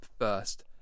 First